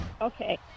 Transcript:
Okay